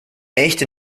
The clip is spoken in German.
echte